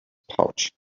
pouch